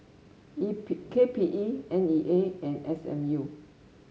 E P K P E N E A and S M U